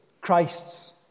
Christ's